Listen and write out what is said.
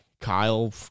Kyle